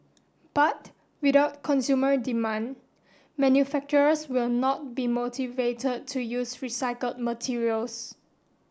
but without consumer demand manufacturers will not be motivated to use recycled materials